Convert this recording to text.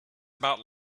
about